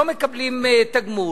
לא מקבלים תגמול,